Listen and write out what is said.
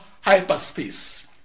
hyperspace